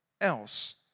else